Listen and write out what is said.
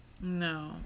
No